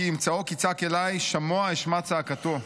כי אם צעֹק יצעק אלי שמֹע אשמע צעקתו".